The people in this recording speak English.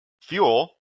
fuel